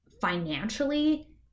financially